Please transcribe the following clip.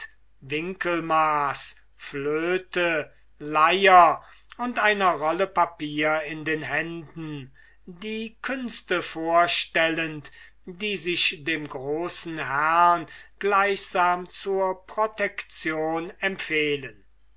winkelmaß flöte leier und einer rolle papier in den händen die künste vorstellend die sich dem großen herrn gleichsam zur protection empfehlen